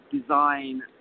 design